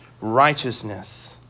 righteousness